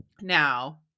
Now